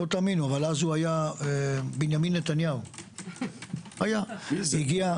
אז הוא היה בנימין נתניהו, לא תאמינו.